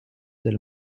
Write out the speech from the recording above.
del